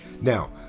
Now